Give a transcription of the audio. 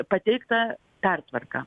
pateiktą pertvarką